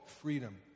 freedom